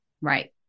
right